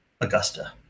Augusta